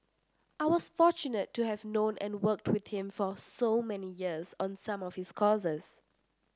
I was fortunate to have known and worked with him for so many years on some of his causes